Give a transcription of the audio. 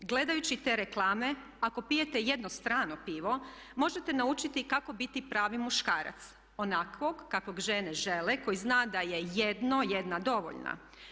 Gledajući te reklame ako pijete jedno strano pivo možete naučiti kako biti pravi muškarac, onakvog kakvog žene žele koji zna da je jedno/jedna dovoljna.